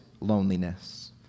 loneliness